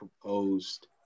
proposed